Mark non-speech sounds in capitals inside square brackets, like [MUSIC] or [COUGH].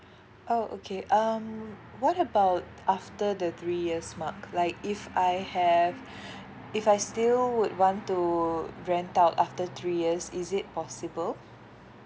oh okay um what about after the three years mark like if I have [BREATH] if I still would want to rent out after three years is it possible